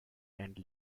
and